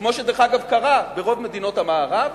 כמו שדרך אגב קרה ברוב מדינות המערב.